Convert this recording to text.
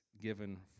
given